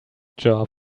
job